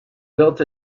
built